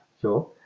Sure